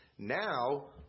Now